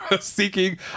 seeking